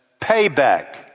payback